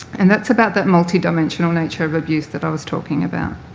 and that's about that multidimensional nature of abuse that i was talking about.